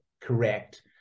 correct